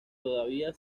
todavía